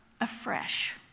afresh